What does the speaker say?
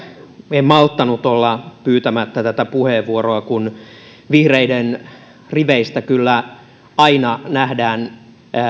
en malttanut olla pyytämättä tätä puheenvuoroa kun vihreiden riveistä kyllä aina nähdään